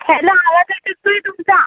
hello आवाज अटकतोय तुमचा